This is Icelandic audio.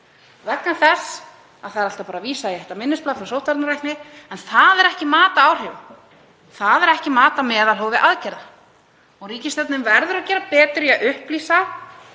vegna þess að það er alltaf bara vísað í þetta minnisblað frá sóttvarnalækni. En það er ekki mat á áhrifum. Það er ekki mat á meðalhófi aðgerða. Ríkisstjórnin verður að gera betur í að upplýsa